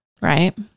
Right